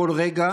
בכל רגע,